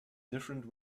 different